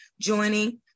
joining